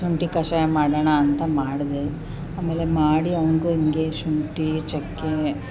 ಶುಂಠಿ ಕಷಾಯ ಮಾಡೋಣ ಅಂತ ಮಾಡಿದೆ ಆಮೇಲೆ ಮಾಡಿ ಅವ್ನಿಗೂ ಹೀಗೆ ಶುಂಠಿ ಚಕ್ಕೆ